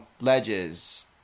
ledges –